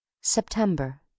September